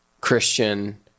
Christian